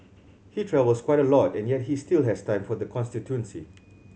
he travels quite a lot and yet he still has time for the constituency